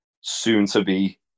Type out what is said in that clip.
soon-to-be